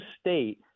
state